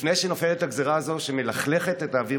לפני שנופלת הגזרה הזאת שמלכלכת את האוויר